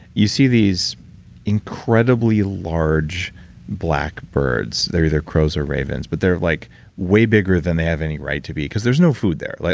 you see these incredibly large black birds. they're either crows or ravens, but they're like way bigger than they have any right to be, because there's no food there.